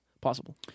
possible